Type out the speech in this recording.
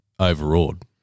overawed